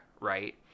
right